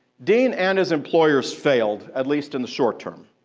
dean and his employers failed, at least in the short term.